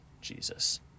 Jesus